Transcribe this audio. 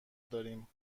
داریم